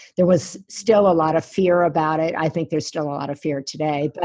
there was still a lot of fear about it. i think there's still a lot of fear today. but